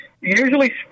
usually